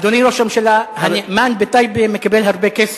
אדוני ראש הממשלה, הנאמן בטייבה מקבל הרבה כסף,